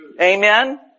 Amen